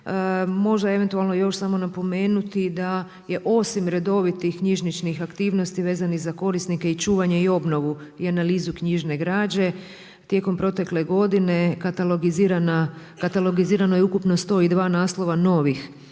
Možda eventualno još samo napomenuti da je osim redovitih knjižničnih aktivnosti vezanih za korisnike i čuvanje i obnovu i analizu knjižne građe tijekom protekle godine katalogizirano je ukupno 102 naslova novih